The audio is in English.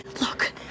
Look